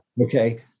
Okay